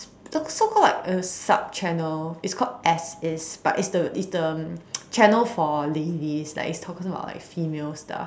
the so called like a sub channel it's called as is but is the is the channel for ladies like it's talk about female stuff